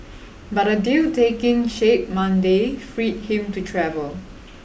but a deal taking shape Monday freed him to travel